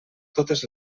totes